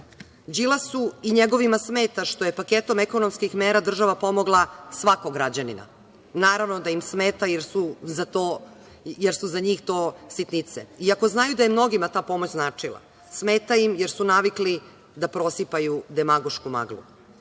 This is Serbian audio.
i njegovima smeta što je paketom ekonomskih mera država pomogla svakog građanina. Naravno da im smeta jer su za njih to sitnice, iako znaju da je mnogima ta pomoć značila, smeta im jer su navikli da prosipaju demagošku maglu.